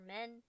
men